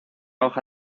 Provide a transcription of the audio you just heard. hoja